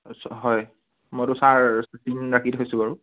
হয় মইতো ছাৰ চিন ৰাখি থৈছোঁ বাৰু